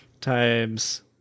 times